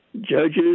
Judges